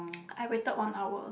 I waited one hour